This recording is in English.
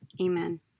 Amen